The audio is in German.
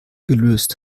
gelöst